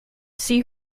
see